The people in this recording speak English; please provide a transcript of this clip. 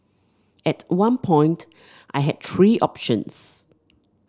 at one point I had three options